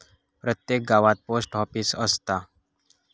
प्रत्येक गावात post office असता